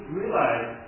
realize